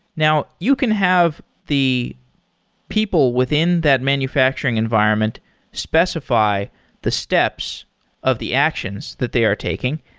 now you can have the people within that manufacturing environment specify the steps of the actions that they are taking.